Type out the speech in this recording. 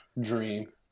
dream